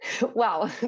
Wow